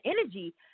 energy